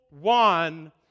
one